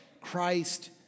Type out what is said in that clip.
Christ